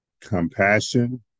compassion